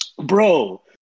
bro